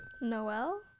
Noel